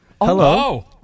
Hello